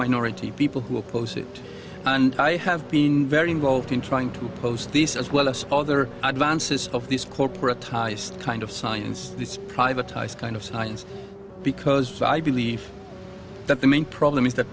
minority of people who oppose it and i have been very involved in trying to post these as well as other advances of these corporate kind of science this privatized kind of science because i believe that the main problem is that